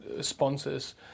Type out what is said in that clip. sponsors